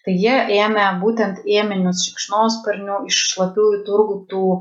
tai jie ėmė būtent ėminius šikšnosparnių iš šlapiųjų turgų tų